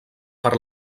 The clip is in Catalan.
per